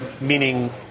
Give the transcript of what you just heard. meaning